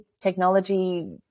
Technology